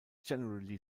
generally